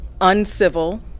uncivil